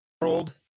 world